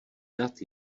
dat